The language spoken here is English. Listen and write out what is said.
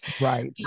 Right